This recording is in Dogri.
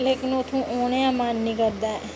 लेकिन उत्थां औने दा मन निं करदा ऐ